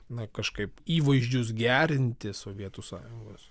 na kažkaip įvaizdžius gerinti sovietų sąjungos